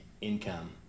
income